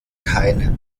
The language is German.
keine